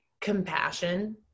compassion